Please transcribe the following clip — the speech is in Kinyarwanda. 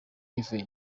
yivuye